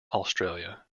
australia